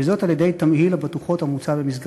וזאת על-ידי תמהיל הבטוחות המוצע במסגרתה.